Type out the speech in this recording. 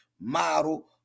model